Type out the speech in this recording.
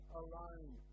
alone